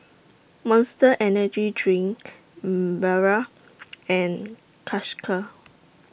Monster Energy Drink Barrel and